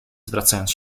zwracając